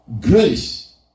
Grace